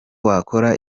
wakora